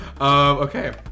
Okay